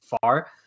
far